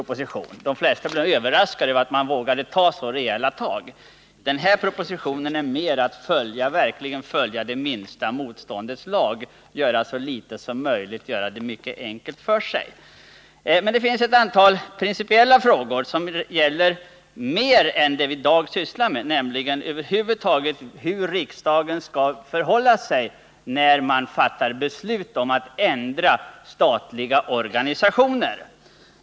De flesta blev överraskade över att någon vågade ta så rejäla tag. Den här propositionen innebär mera att man följer det minsta motståndets lag, att man gör så litet som möjligt och gör det mycket enkelt för sig. Det finns principiella frågor som gäller mer än det vi i dag talar om, nämligen hur riksdagen skall förhålla sig när man fattar beslut om att ändra statliga organisationer.